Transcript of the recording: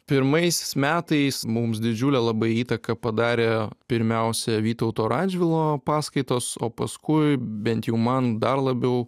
pirmais metais mums didžiulę labai įtaką padarė pirmiausia vytauto radžvilo paskaitos o paskui bent jau man dar labiau